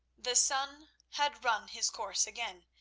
the sun had run his course again,